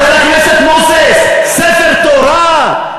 חבר הכנסת מוזס, ספר תורה?